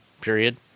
Period